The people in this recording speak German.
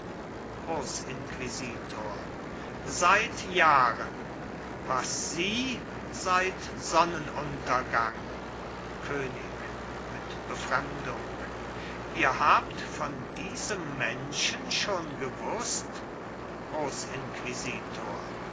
grossinquisitor seit jahren was sie seit sonnenuntergang könig mit befremdung ihr habt von diesem menschen schon gewußt grossinquisitor